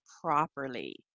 properly